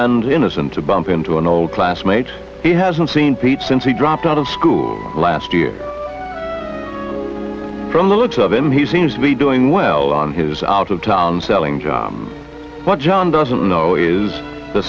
and innocent to bump into an old classmate he hasn't seen pete since he dropped out of school last year from the looks of him he seems to be doing well on his out of town selling what john doesn't know is the